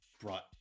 brought